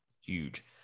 Huge